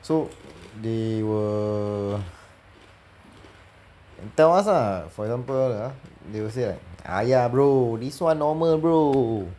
so they will tell us lah for example ah they will say like !aiya! bro this [one] normal bro